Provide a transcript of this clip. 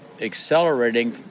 Accelerating